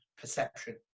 perception